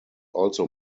also